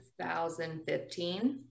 2015